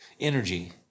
energy